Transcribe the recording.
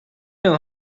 know